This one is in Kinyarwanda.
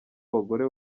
abagore